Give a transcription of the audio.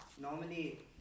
Normally